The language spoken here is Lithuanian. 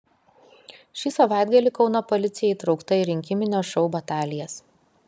šį savaitgalį kauno policija įtraukta į rinkiminio šou batalijas